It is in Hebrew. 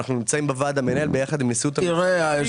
אנחנו נמצאים בוועד המנהל יחד עם נשיאות --- היושב-ראש,